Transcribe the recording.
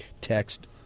text